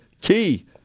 key